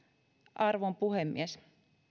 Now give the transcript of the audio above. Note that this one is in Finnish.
arvon puhemies